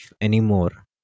anymore